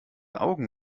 augen